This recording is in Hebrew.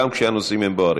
גם כשהנושאים הם בוערים.